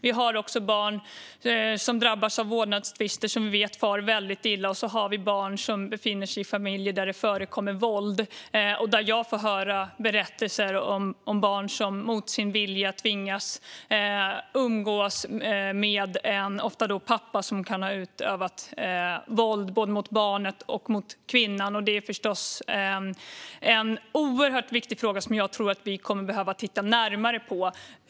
Vi har också barn som drabbas av vårdnadstvister och som vi vet far väldigt illa, och vi har barn som befinner sig i familjer där det förekommer våld. Jag får höra berättelser om barn som mot sin vilja tvingas umgås med en pappa, ofta, som kan ha utövat våld mot både barnet och kvinnan. Detta är förstås en oerhört viktig fråga som jag tror att vi kommer att behöva titta närmare på.